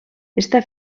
està